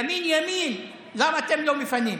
ימין ימין, למה אתם לא מפנים?